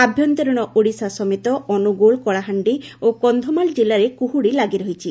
ଆଭ୍ୟନ୍ତରିଣ ଓଡ଼ିଶା ସମେତ ଅନୁଗୁଳ କଳାହାଣ୍ଡି ଓ କକ୍ଷମାଳ ଜିଲ୍ଲାରେ କୁହୁଡ଼ି ଲାଗି ରହିଛି